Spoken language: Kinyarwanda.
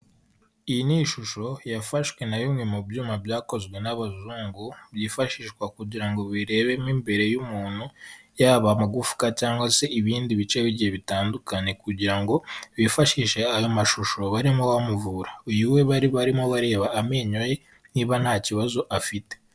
Iyi ni ishusho yafashwe na bimwe mu byuma byakozwe n'abazungu, byifashishwa kugira ngo birebemo imbere y'umuntu, yaba amagufwa cyangwa se ibindi bice bigiye bitandukanye, kugira ngo bifashishe ayo mashusho barimo bamuvura. Uyu we bari barimo bareba amenyo ye niba nta kibazo afite